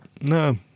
No